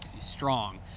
strong